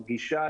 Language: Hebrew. ב"גישה",